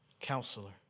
counselor